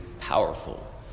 powerful